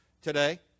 today